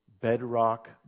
bedrock